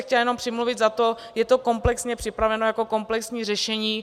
Chtěla bych se jenom přimluvit za to, je to komplexně připraveno jako komplexní řešení.